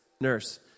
nurse